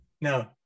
no